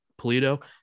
Polito